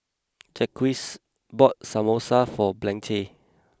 Jacquez bought Samosa for Blanche